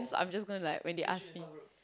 so I'm just gonna like when they ask me